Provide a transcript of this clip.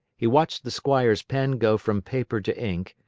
he watched the squire's pen go from paper to ink,